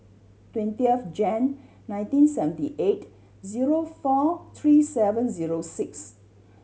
twenty of Jan nineteen seventy eight zero four three seven zero six